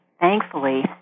thankfully